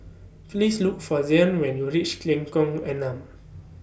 Please Look For Zion when YOU REACH Lengkong Enam